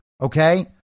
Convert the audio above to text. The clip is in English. okay